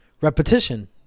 repetition